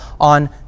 on